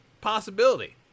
possibility